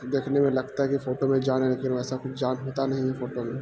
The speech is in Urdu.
دیکھنے میں لگتا ہے کہ فوٹو میں جان ہے لیکن ویسا کچھ جان ہوتا نہیں ہے فوٹو میں